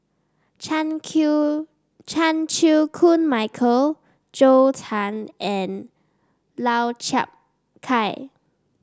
Chan Chan Chew Koon Michael Zhou Can and Lau Chiap Khai